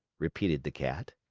repeated the cat.